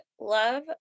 love